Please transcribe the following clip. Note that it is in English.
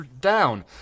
down